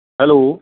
hello